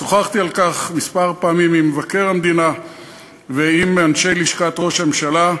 שוחחתי על כך כמה פעמים עם מבקר המדינה ועם אנשי לשכת ראש הממשלה,